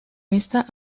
esta